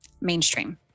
mainstream